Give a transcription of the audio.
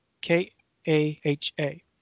K-A-H-A